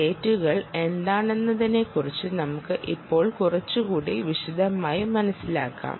ഈ സ്റ്റേറ്റുകൾ എന്താണെന്നതിനെക്കുറിച്ച് നമുക്ക് ഇപ്പോൾ കുറച്ചുകൂടി വിശദമായി മനസ്സിലാക്കാം